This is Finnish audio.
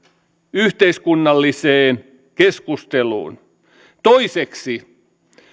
yhteiskunnalliseen keskusteluun toiseksi